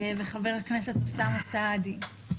חבר הכנסת אוסאמה סעדי.